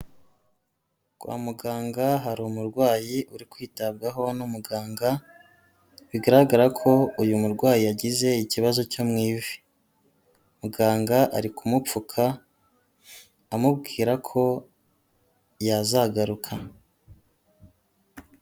Kwa muganga hari umurwayi uri kwitabwaho n'umuganga bigaragara ko uyu murwayi yagize ikibazo cyo mu ivi, muganga ari kumupfuka amubwira ko yazagaruka.